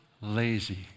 lazy